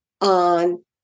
on